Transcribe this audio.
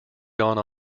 gone